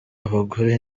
abagore